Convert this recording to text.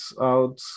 out